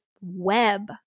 web